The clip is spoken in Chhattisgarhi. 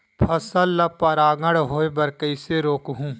फसल ल परागण होय बर कइसे रोकहु?